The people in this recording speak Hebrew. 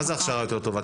מה זה הכשרה יותר טובה?